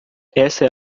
essa